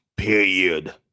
Period